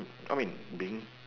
I mean being